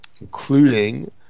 including